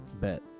Bet